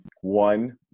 one